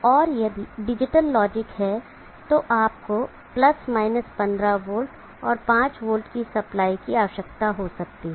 या यदि digital logic हैं तो आपको 15 वोल्ट और 5 वोल्ट की सप्लाई की आवश्यकता हो सकती है